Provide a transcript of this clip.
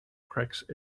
cracks